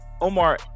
Omar